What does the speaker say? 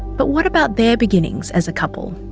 but what about their beginnings as a couple?